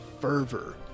fervor